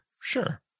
sure